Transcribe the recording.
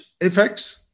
effects